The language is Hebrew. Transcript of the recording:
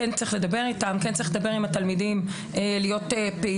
כן צריך לדבר עם התלמידים להיות פעילים,